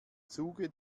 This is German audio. zuge